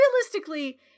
realistically